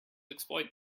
exploit